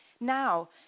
now